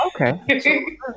Okay